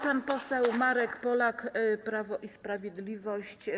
Pan poseł Marek Polak, Prawo i Sprawiedliwość.